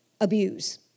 abuse